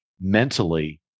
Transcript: mentally